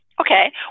Okay